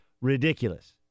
ridiculous